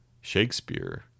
Shakespeare